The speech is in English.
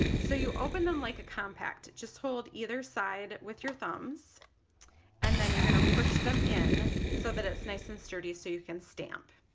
so you open them like compact, just hold either side with your thumbs and then you're gonna push them in so that it's nice and sturdy so you can stamp.